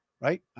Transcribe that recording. right